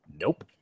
nope